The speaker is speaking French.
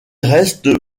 reste